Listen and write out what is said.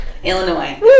Illinois